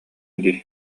дии